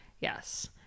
Yes